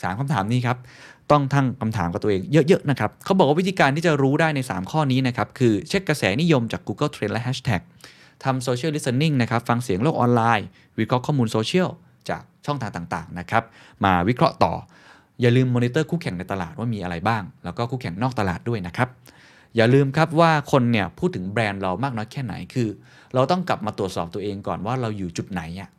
สามคำถามนี้ครับ ต้องทั้งคำถามกับตัวเองเยอะๆนะครับ เขาบอกว่าวิธีการที่จะรู้ได้ในสามข้อนี้นะครับ คือเช็คกระแสนิยมจาก Google Trends และ Hashtag ทำ Social Listening นะครับ ฟังเสียงโลกออนไลน์ วิเคราะห์ข้อมูลโซเชียลจากช่องทางต่างๆนะครับ มาวิเคราะห์ต่อ อย่าลืมมอนิเตอร์คู่แข่งในตลาดว่ามีอะไรบ้าง แล้วก็คู่แข่งนอกตลาดด้วยนะครับ อย่าลืมครับว่าคนเนี่ยพูดถึงแบรนด์เรามากน้อยแค่ไหน คือเราต้องกลับมาตรวจสอบตัวเองก่อนว่าเราอยู่จุดไหนอะ